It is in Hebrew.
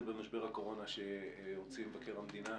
במשבר הקורונה שהוציא מבקר המדינה,